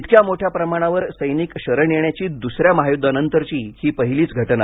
इतक्या मोठ्या प्रमाणावर सैनिक शरण येण्याची दुसऱ्या महायुद्धानंतर ची ही पहिलीच घटना